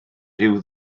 rhyw